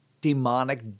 demonic